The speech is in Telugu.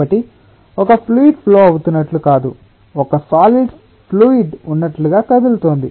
కాబట్టి ఒక ఫ్లూయిడ్ ఫ్లో అవుతున్నట్లు కాదు ఒక సాలిడ్ ఫ్లూయిడ్ ఉన్నట్లుగా కదులుతోంది